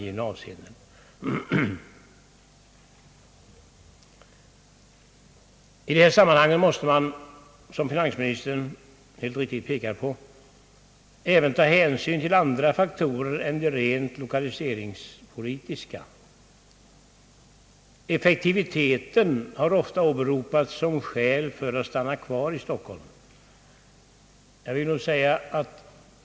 I detta sammanhang måste man som finansministern helt riktigt påpekar även ta hänsyn till andra faktorer än de rent lokaliseringspolitiska. Effektiviteten har ofta åberopats som skäl för att stanna kvar i Stockholm.